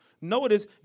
Notice